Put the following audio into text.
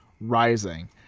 rising